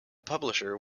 publisher